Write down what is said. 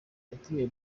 yatumiye